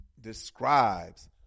describes